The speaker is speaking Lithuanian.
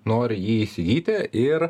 nori jį įsigyti ir